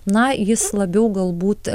na jis labiau galbūt